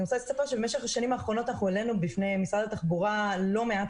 אני רוצה לספר שבמשך השנים האחרונות העלינו בפני משרד התחבורה לא מעט